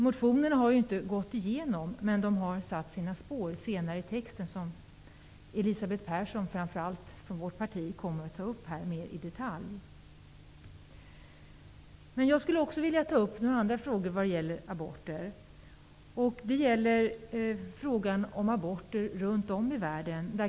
Motionerna har inte gått igenom, men de har satt sina spår i texten. Elisabeth Persson från vårt parti kommer senare att ta upp detta mera i detalj. Jag skulle också vilja beröra några andra frågor om aborter. Det gäller frågan om aborter runt om i världen.